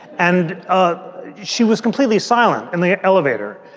and ah she was completely silent in the ah elevator.